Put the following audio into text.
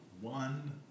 One